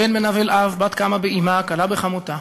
בן מנוול אב, בת קמה באמה, כלה בחמותה.